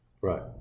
Right